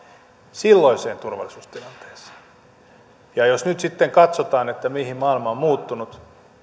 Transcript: silloiseen turvallisuustilanteeseen jos nyt sitten katsotaan mihin maailma on muuttunut